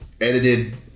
edited